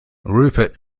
rupert